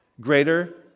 greater